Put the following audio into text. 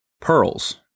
Pearls